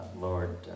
Lord